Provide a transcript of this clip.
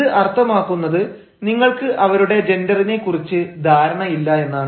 ഇത് അർത്ഥമാക്കുന്നത് നിങ്ങൾക്ക് അവരുടെ ജെൻഡറിനെ കുറിച്ച് ധാരണ ഇല്ല എന്നാണ്